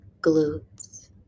glutes